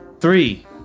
Three